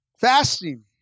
Fasting